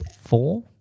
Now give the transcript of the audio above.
four